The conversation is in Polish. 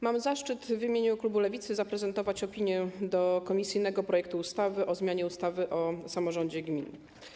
Mam zaszczyt w imieniu klubu Lewicy zaprezentować opinię w sprawie komisyjnego projektu ustawy o zmianie ustawy o samorządzie gminnym.